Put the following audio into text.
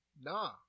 nah